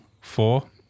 four